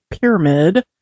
pyramid